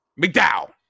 McDowell